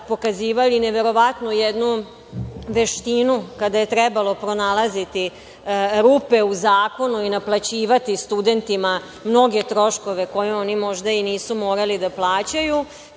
pokazivali neverovatnu jednu veštinu kada je trebalo pronalaziti rupe u zakonu i naplaćivati studentima mnoge troškove koje oni možda i nisu morali da plaćaju,